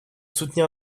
soutenir